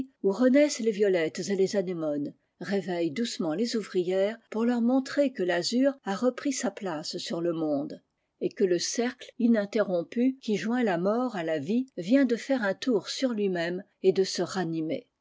renaissent les violettes et les anémones réveille doucement les ouvrières pour leur montrer que l'azur a repris sa place sur le monde et quele cercle ininterrompu qui joint la mort à la vie vient de faire un tour sur lui-même et de se ranimer